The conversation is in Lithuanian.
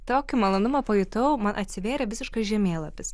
tokį malonumą pajutau man atsivėrė visiškas žemėlapis